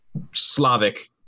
Slavic